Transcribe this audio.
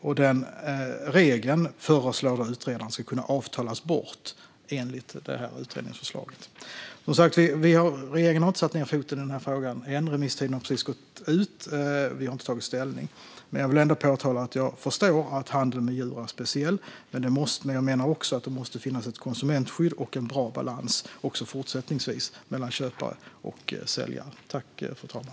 Utredaren föreslår i utredningsförslaget att den regeln ska kunna avtalas bort. Regeringen har som sagt inte satt ned foten i denna fråga ännu. Remisstiden har precis gått ut, och vi har inte tagit ställning. Jag vill ändå påpeka att jag förstår att handeln med djur är speciell, men jag menar också att det även fortsättningsvis måste finnas ett konsumentskydd och en bra balans mellan köpare och säljare.